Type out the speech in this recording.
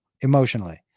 emotionally